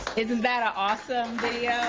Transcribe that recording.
isn't that an awesome video?